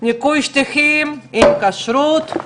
ניקוי שטיחים עם כשרות.